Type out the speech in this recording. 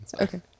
okay